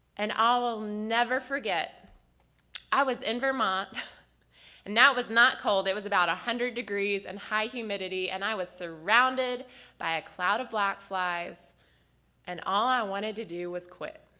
and i'll never forget i was in vermont and that was not cold, it was about a hundred degrees and high humidity and i was surrounded by a cloud of black flies and all i wanted to do was quit.